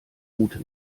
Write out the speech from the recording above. route